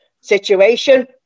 situation